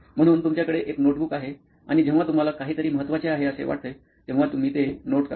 म्हणून तुमच्याकडे एक नोटबुक आहे आणि जेव्हा तुम्हाला काहीतरी महत्वाचे आहे असे वाटते तेव्हा तुम्ही ते नोट करता